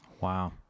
Wow